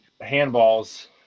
handballs